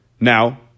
Now